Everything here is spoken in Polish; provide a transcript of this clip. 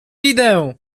idę